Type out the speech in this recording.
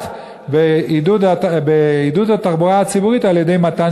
תשקיעו קצת בעידוד התחבורה הציבורית על-ידי מתן